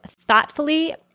thoughtfully